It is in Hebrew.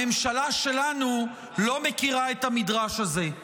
הממשלה שלנו לא מכירה את המדרש הזה.